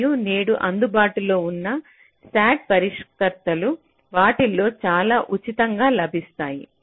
మరియు నేడు అందుబాటులో ఉన్న SAT పరిష్కర్తలు వాటిలో చాలా ఉచితంగా లభిస్తాయి